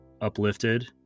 uplifted